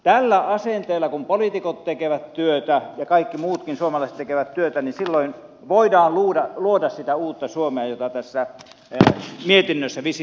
tällä asenteella kun poliitikot tekevät työtä ja kaikki muutkin suomalaiset tekevät työtä niin silloin voidaan luoda sitä uutta suomea jota tässä mietinnössä visioidaan